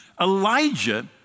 Elijah